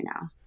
now